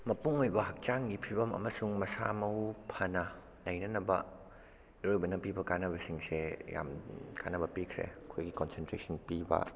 ꯃꯄꯨꯡ ꯑꯣꯏꯕ ꯍꯛꯆꯥꯡꯒꯤ ꯐꯤꯕꯝ ꯑꯃꯁꯨꯡ ꯃꯁꯥ ꯃꯎ ꯐꯅ ꯂꯩꯅꯅꯕ ꯏꯔꯣꯏꯕꯅ ꯄꯤꯕ ꯀꯥꯟꯅꯕꯁꯤꯡꯁꯦ ꯌꯥꯝ ꯀꯥꯟꯅꯕ ꯄꯤꯈ꯭ꯔꯦ ꯑꯩꯈꯣꯏꯒꯤ ꯀꯣꯟꯁꯦꯟꯇ꯭ꯔꯦꯁꯟ ꯄꯤꯕ